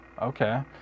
okay